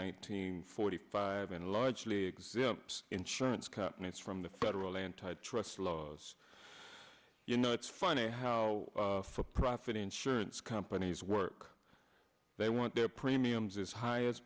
hundred forty five and largely exempts insurance companies from the federal antitrust laws you know it's funny how for profit insurance companies work they want their premiums as high as